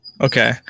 okay